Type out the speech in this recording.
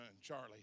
Charlie